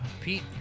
Pete